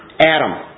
Adam